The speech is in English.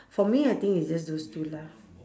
for me I think it's just those two lah